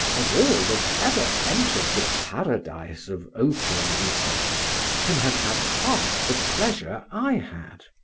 of all that ever entered the paradise of opium-eaters, can have had half the pleasure i had.